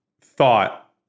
thought